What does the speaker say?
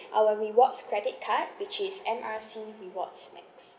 our rewards credit card which is M R C rewards max